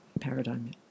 paradigm